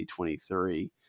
2023